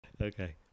Okay